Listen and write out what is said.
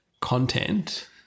content